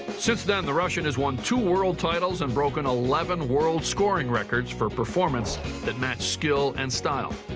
since then the russian has won two world titles and broken eleven world scoring records for performances that match skill and style.